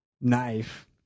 knife